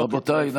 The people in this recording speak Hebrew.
רבותיי,